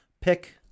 pick